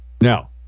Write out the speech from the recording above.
now